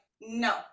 no